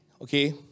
Okay